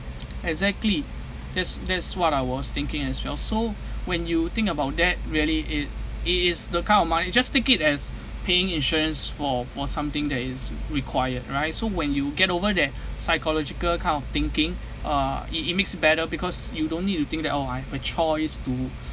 exactly that's that's what I was thinking as well so when you think about that really it it is the kind of money you just take it as paying insurance for for something that is required right so when you get over that psychological kind of thinking uh it it makes better because you don't need to think that oh I have a choice to